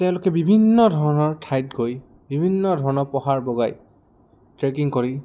তেওঁলোকে বিভিন্ন ধৰণৰ ঠাইত গৈ বিভিন্ন ধৰণৰ পাহাৰ বগাই ট্ৰেকিং কৰি